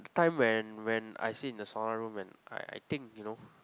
time when when I sit in the sauna room and I I think you know